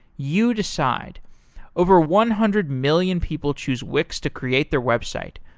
you decide over one hundred million people choose wix to create their website.